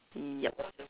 ya